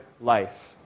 life